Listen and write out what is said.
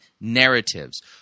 narratives